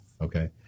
Okay